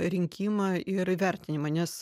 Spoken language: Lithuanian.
rinkimą ir įvertinimą nes